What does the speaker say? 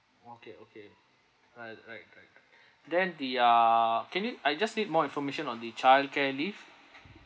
okay okay alright right right right then the ah can you I just need more information on the childcare leave